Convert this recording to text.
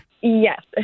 Yes